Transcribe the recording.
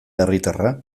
herritarra